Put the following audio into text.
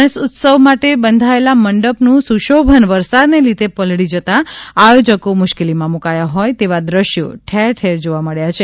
ગણેશ ઉત્સવ માટે બંધાયાલા મંડપનું સુશોભન વરસાદને લીધે પલળી જતા આયોજકો મુશ્કેલીમાં મુકાયા હોય તેવા દેશ્યો ઠેરઠેર જોવા મળ્યા છે